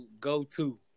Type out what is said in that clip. go-to